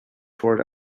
toward